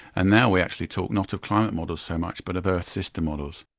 and now we actually talk not of climate models so much but of earth system models.